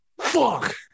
Fuck